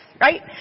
right